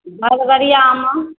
भदबरियामे